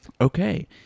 Okay